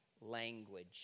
language